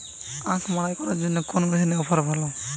আখ মাড়াই করার জন্য কোন মেশিনের অফার ভালো?